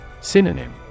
Synonym